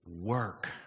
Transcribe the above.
work